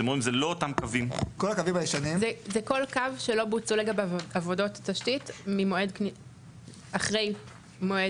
זה כל קו שלא בוצעו לגביו עבודות תשתית אחרי מועד